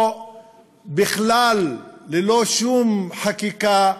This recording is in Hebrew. או בכלל ללא שום חקיקה,